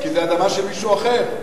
כי זה אדמה של מישהו אחר.